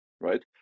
right